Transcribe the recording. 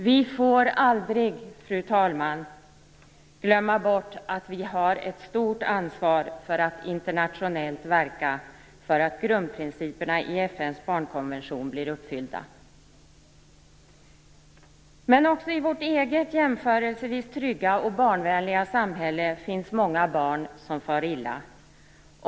Vi får aldrig, fru talman, glömma bort att vi har ett stort ansvar för att internationellt verka för att grundprinciperna i FN:s barnkonvention blir uppfyllda. Men också i vårt eget jämförelsevis trygga och barnvänliga samhälle finns många barn som far illa.